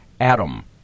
Adam